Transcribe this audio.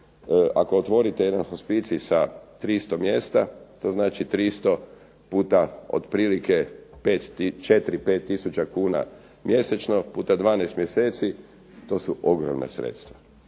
ako otvorite jedan hospicij sa 300 mjesta to znači 300 puta otprilike 4, 5 tisuća kuna mjesečno, puta 12 mjeseci, to su ogromna sredstva.